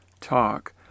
talk